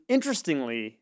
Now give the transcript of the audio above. Interestingly